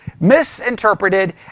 misinterpreted